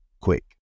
quick